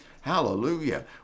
Hallelujah